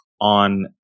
on